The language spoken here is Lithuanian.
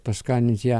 paskanint ją